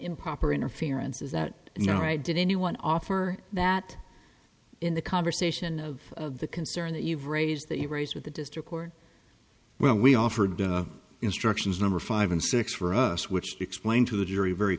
improper interference is that you know right did anyone offer that in the conversation of the concern that you've raised that you raise with the district court well we offered instructions number five and six for us which explained to the jury very